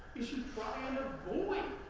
is you try and avoid